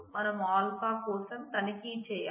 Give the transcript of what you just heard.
మనము α కోసం తనిఖీ చేయాలి